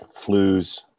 flus